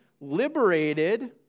liberated